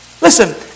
Listen